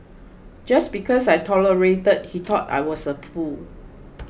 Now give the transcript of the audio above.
just because I tolerated he thought I was a fool